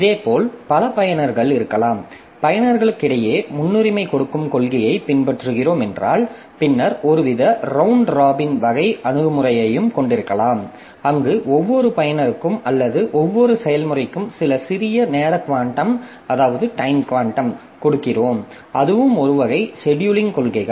இதேபோல் பல பயனர்கள் இருக்கலாம் பயனர்களிடையே முன்னுரிமை கொடுக்கும் கொள்கையை பின்பற்றுகிறோம் என்றால் பின்னர் ஒருவித ரவுண்ட் ராபின் வகை அணுகுமுறையையும் கொண்டிருக்கலாம் அங்கு ஒவ்வொரு பயனருக்கும் அல்லது ஒவ்வொரு செயல்முறைக்கும் சில சிறிய நேர குவாண்டம் கொடுக்கிறோம் அதுவும் ஒரு வகை செடியூலிங் கொள்கைகள்